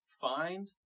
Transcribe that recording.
find